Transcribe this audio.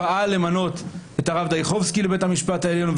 פעל למנות את הרב דייחובסקי לבית המשפט העליון,